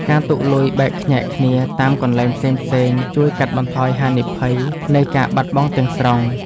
ការទុកលុយបែកខ្ញែកគ្នាតាមកន្លែងផ្សេងៗ ជួយកាត់បន្ថយហានិភ័យនៃការបាត់បង់ទាំងស្រុង។